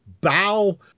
bow